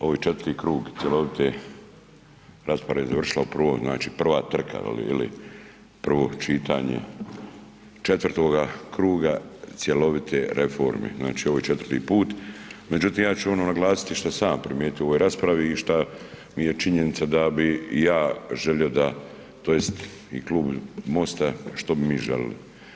Ovo je četvrti krug cjelovite, rasprava je završila u prvom, znači prva trka ili prvo čitanje četvrtoga kruga cjelovite reforme, znači ovo je četvrti put međutim ja ću ono naglasiti šta sam ja primijetio u ovoj raspravi i šta mi je činjenica da bi ja želio da tj. i klub MOST-a, što bi mi želili.